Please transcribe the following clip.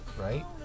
right